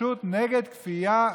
פשוט נגד כפייה,